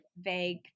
vague